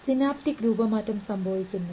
synaptic രൂപമാറ്റം സംഭവിക്കുന്നു